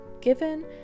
given